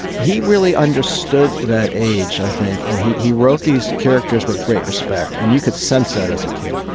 he really understood that age, i think. and he he wrote these characters with great respect. and you could sense that as a kid.